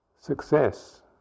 Success